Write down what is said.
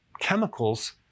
chemicals